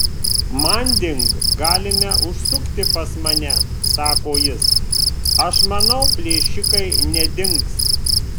manding galime užsukti pas mane sako jis aš manau plėšikai nedings